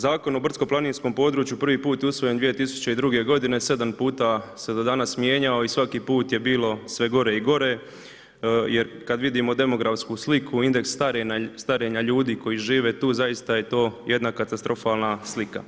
Zakon o brdsko planinskom području prvi put je usvojen 2002 godine 7 puta se do danas mijenjao i svaki put je bilo sve gore i gore jer kad vidimo demografsku sliku, indeks starenja ljudi koji žive tu, zaista je to jedna katastrofalna slika.